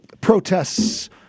protests